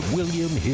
William